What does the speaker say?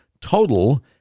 total